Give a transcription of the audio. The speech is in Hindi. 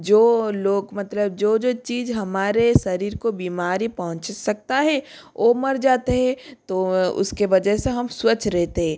जो लोग मतलब जो जो चीज़ हमारे शरीर को बीमारी पहुंच सकती है वो मर जाता है तो उसके वजह से हम स्वच्छ रहते हैं